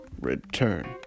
return